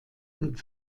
und